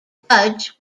budge